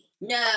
No